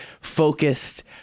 focused